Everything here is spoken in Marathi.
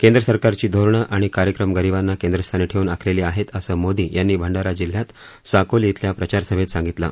केंद्रसरकारची धोरणं आणि कार्यक्रम गरीबांना केंद्रस्थानी ठेवून आखलेली आहेत असं मोदी यांनी भंडारा जिल्ह्यात साकोली इथल्या प्रचार सभेत सांगितलं